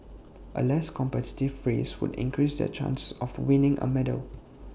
A less competitive race would increase their chances of winning A medal